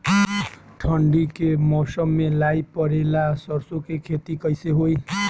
ठंडी के मौसम में लाई पड़े ला सरसो के खेती कइसे होई?